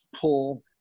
pull